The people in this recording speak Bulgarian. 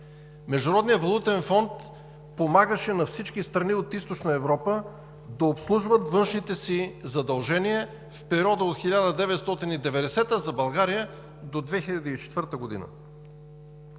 Международният валутен фонд помагаше на всички страни от Източна Европа да обслужват външните си задължения в периода от 1990 г. – за България до 2004 г.